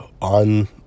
on